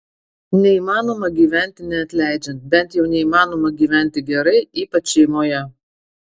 neįmanoma gyventi neatleidžiant bent jau neįmanoma gyventi gerai ypač šeimoje